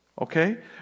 Okay